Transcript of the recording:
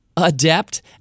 adept